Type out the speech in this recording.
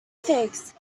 figs